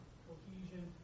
cohesion